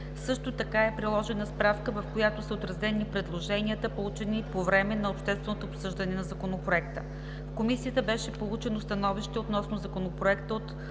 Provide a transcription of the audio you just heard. Също така е приложена справка, в която са отразени предложенията, получени по време на общественото обсъждане на Законопроекта. В Комисията беше получено становище относно Законопроекта